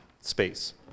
space